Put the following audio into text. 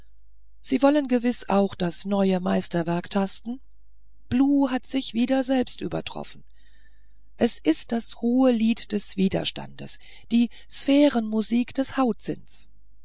sie wollen gewiß auch das neue meisterwerk tasten blu hat sich wieder selbst übertroffen das ist das hohe lied des widerstandes die sphärenmusik des